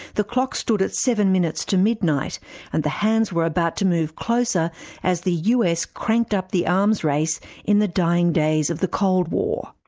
the clock stood at seven minutes to midnight and the hands were about to move closer as the us cranked up the arms race in the dying days of the cold war.